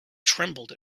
trembled